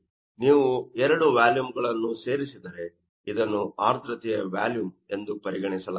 ನೀವು ಈ ಎರಡೂ ವ್ಯಾಲುಮ್ ಗಳನ್ನು ಸೇರಿಸಿದರೆ ಇದನ್ನು ಆರ್ದ್ರತೆಯ ವ್ಯಾಲುಮ್ ಎಂದು ಪರಿಗಣಿಸಲಾಗುತ್ತದೆ